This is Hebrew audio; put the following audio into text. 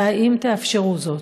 והאם תאפשרו זאת?